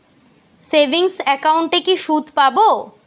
Savings একাউন্টে কি সুদ পাব?